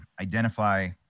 identify